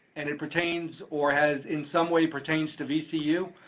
and it pertains or has in some way pertains to vcu,